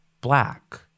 black